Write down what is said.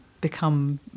become